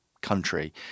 country